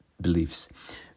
beliefs